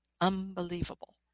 Unbelievable